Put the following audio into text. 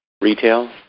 retail